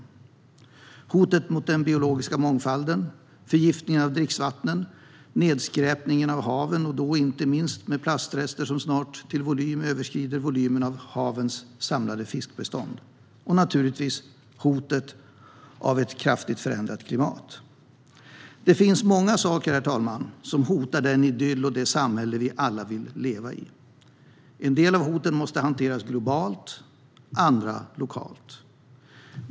Det gäller hotet mot den biologiska mångfalden, förgiftningen av dricksvatten, nedskräpningen av haven, och då inte minst med plastrester som snart till volymen överskrider volymen av havens samlade fiskbestånd, och naturligtvis hotet av ett kraftigt förändrat klimat. Herr talman! Det finns många saker som hotar den idyll och det samhälle som vi alla vill leva i. En del av hoten måste hanteras globalt, andra lokalt.